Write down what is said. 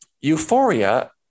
Euphoria